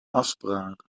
afspraak